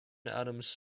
adams